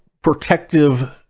protective